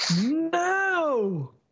No